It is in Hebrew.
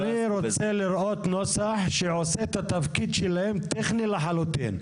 אני רוצה לראות נוסח שעושה את התפקיד שלהם טכני לחלוטין.